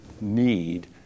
need